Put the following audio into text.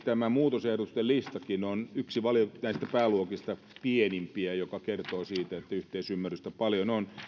tämä muutosehdotusten listakin on näistä pääluokista pienimpiä mikä kertoo siitä että yhteisymmärrystä on paljon